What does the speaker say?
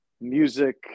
music